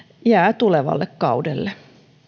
jää tulevalle kaudelle